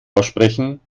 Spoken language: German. aussprechen